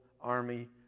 army